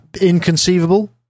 inconceivable